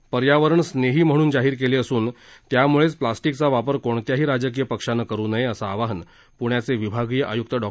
विधानसभा निवडण्क पर्यावरण स्नेही म्हणून जाहीर केली असून त्यामुळेच प्लॅस्टिकचा वापर कोणत्याही राजकीय पक्षाने करू नये असं आवाहन प्ण्याचे विभागीय आय्क्त डॉ